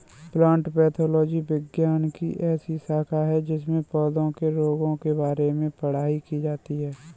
plant pathology विज्ञान की ऐसी शाखा है जिसमें पौधों के रोगों के बारे में पढ़ाई की जाती है